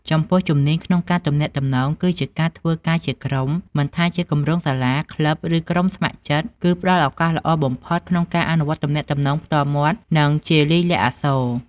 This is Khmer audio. ចំពោះជំនាញក្នុងការទំនាក់ទំនង គឺជាការធ្វើការជាក្រុម មិនថាជាគម្រោងសាលា ក្លឹប ឬក្រុមស្ម័គ្រចិត្ត គឺផ្តល់ឱកាសល្អបំផុតក្នុងការអនុវត្តការទំនាក់ទំនងផ្ទាល់មាត់ និងជាលាយលក្ខណ៍អក្សរ។